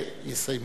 אלה יסיימו.